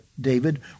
David